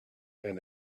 and